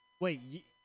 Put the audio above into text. Wait